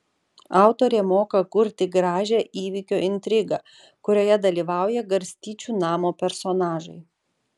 autorė moka kurti gražią įvykio intrigą kurioje dalyvauja garstyčių namo personažai